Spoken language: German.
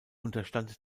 unterstand